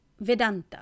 Vedanta